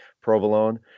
Provolone